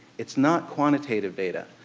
it's not quantitative data.